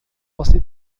você